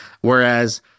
Whereas